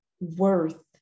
worth